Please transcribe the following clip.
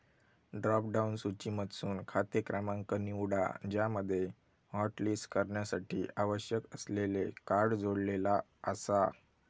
drop down सूचीमधसून खाते क्रमांक निवडा ज्यामध्ये हॉटलिस्ट करण्यासाठी आवश्यक असलेले कार्ड जोडलेला आसा